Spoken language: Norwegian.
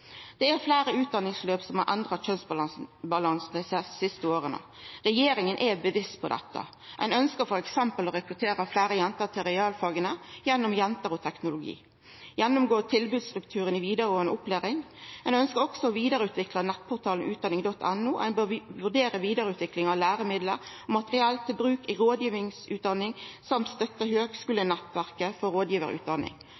Det er fleire utdanningsløp der kjønnsbalansen er blitt endra dei siste åra. Regjeringa er bevisst på dette. Ein ønskjer f.eks. å rekruttera fleire jenter til realfaga gjennom Jenter og teknologi gjennomgå tilbodsstrukturen i vidaregåande opplæring vidareutvikla nettportalen utdanning.no vurdera vidareutvikling av læremiddel og materiell til bruk i rådgivarutdanninga vurdera støtta til høgskulenettverk for rådgivarutdanning styrkja kunnskapsgrunnlaget om kjønnsforskjellar i